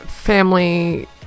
family